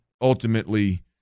ultimately